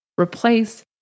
replace